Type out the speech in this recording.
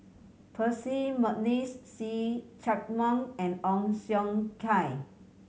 Percy McNeice See Chak Mun and Ong Siong Kai